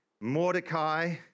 Mordecai